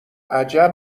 عجب